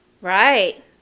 Right